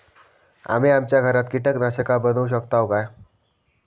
आम्ही आमच्या घरात कीटकनाशका बनवू शकताव काय?